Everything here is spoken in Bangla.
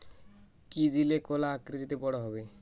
কি দিলে কলা আকৃতিতে বড় হবে?